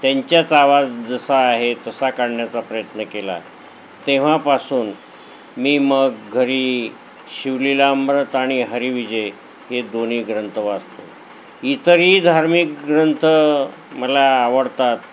त्यांच्याच आवाज जसा आहे तसा काढण्याचा प्रयत्न केला तेव्हापासून मी मग घरी शिवलीलामृत आणि हरीविजय हे दोन्ही ग्रंथ वाचतो इतरही धार्मिक ग्रंथ मला आवडतात